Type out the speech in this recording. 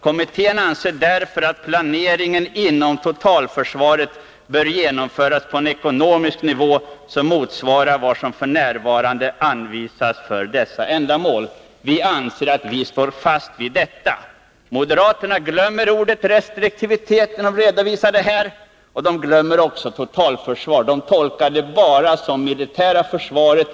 Kommittén anser därför att planeringen inom totalförsvaret bör genomföras på en ekonomisk nivå som motsvarar vad som f. n. anvisas för dessa ändamål.” Vi anser att vi står fast vid detta. Moderaterna glömmer orden restriktivitet och totalförsvaret. Enligt deras tolkning gäller de ekonomiska ramarna bara det militära försvaret.